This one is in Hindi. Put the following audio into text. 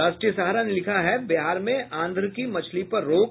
राष्ट्रीय सहारा ने लिखा है बिहार में आंध्र की मछली पर रोक